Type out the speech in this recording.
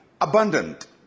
abundant